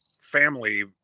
family